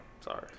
sorry